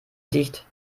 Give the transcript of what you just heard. dicht